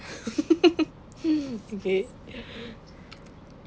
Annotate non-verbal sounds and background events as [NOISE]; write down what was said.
[LAUGHS] okay [BREATH]